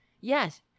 Yes